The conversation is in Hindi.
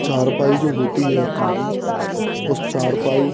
चारपाई जो होती है अपन की उस चारपाई